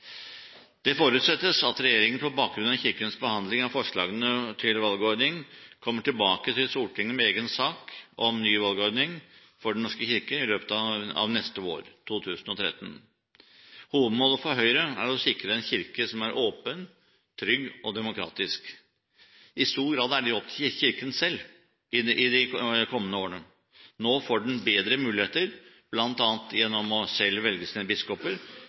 Det forutsettes at regjeringen, på bakgrunn av Kirkens behandling av forslagene, kommer tilbake til Stortinget med egen sak om ny valgordning for Den norske kirke i løpet av våren 2013. Hovedmålet for Høyre er å sikre en kirke som er åpen, trygg og demokratisk. I stor grad er dette opp til Kirken selv i de kommende årene. Nå får den bedre muligheter, bl.a. gjennom selv å velge sine biskoper,